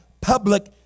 public